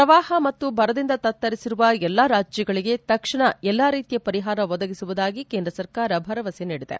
ಪ್ರವಾಹ ಮತ್ತು ಬರದಿಂದ ತತ್ತರಿಸಿರುವ ಎಲ್ಲಾ ರಾಜ್ಯಗಳಿಗೆ ತಕ್ಷಣ ಎಲ್ಲಾ ರೀತಿಯ ಪರಿಹಾರ ಒದಗಿಸುವುದಾಗಿ ಕೇಂದ್ರ ಸರ್ಕಾರ ಭರವಸೆ ನೀಡಿದೆ